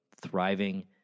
thriving